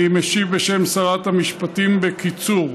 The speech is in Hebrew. אני משיב בשם שרת המשפטים בקיצור: